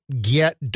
get –